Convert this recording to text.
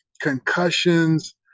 concussions